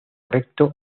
recto